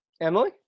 Emily